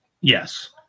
Yes